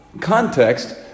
context